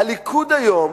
הליכוד היום,